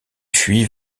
fuit